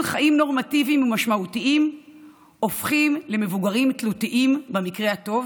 חיים נורמטיביים ומשמעותיים הופכים לילדים תלותיים במקרה הטוב